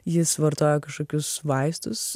jis vartoja kažkokius vaistus